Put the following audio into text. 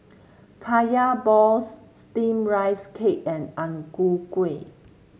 Kaya Balls steamed Rice Cake and Ang Ku Kueh